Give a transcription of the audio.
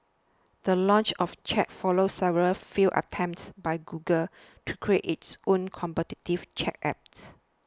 the launch of Chat follows several failed attempts by Google to create its own competitive chat app